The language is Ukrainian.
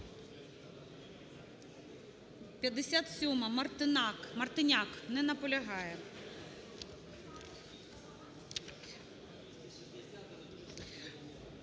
57-а, Мартиняк. Не наполягає.